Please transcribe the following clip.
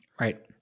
Right